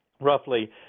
roughly